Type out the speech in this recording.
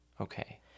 Okay